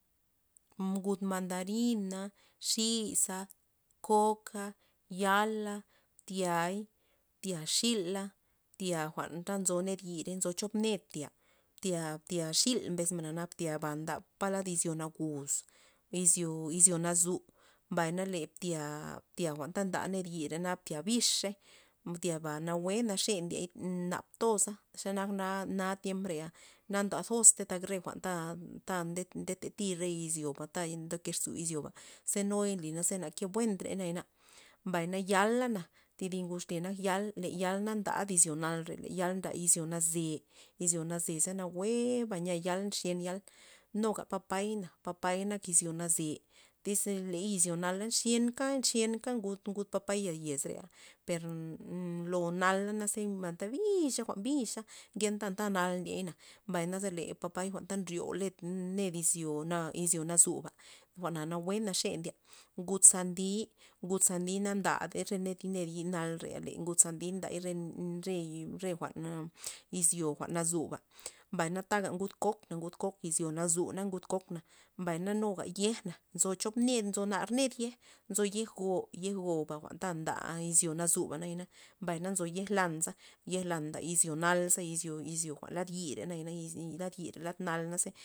Ngud mandarina, xi'sa, koka, yala', btyay, btya xila, btya jwa'nta nzo ned yi rey nzo chop ned btya, btya- btya xil mbes men naba btya ndap palad izyo nagus izyo- izyo nazu mbay na le btya jwa'n ta mda ned yire btya bixey btya nawue naxe ndiey, nap toza za nak na- na tiem rea na ndasostey re jwa'nta ta nda ndeta tiy re izyoba ta ndoke rzuizyoba ze nuy li za ke buentrey na mbay na yala'na thidi ngud xlye nak yala' le yan la ndad izyo nalre de yal nda izyo naze izyo naze' za nawueba nya yal nxyen yal nuga papay na papay nak izyo naze tyz ley izyo nal nxyenka- nxyenka ngud papaya yez rea per lo nala naze anta bix jwa'n bixa ngenta antanal ndiey mbay naze le papay ta nryo ned- ned izyo- izyo nazuba jwa'na nawue naxe ndye, ngud sandi ngud sandi na ndadey re re yez nal re le ngud sandi re- re jwa'n a izyo jwa'n nazuba, mbay na taga ngud kok ngud kok izyo nazu na ngud kok na mbay nuga yejna nzo chop ned nzo nar ned nzo yej go yej goba jwa'n ta nda izyo nazuba mbay na nzo yej lan yej lan nda izyo nal izyo jwa'n lad yire na lad nal ze.